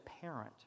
parent